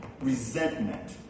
resentment